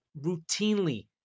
routinely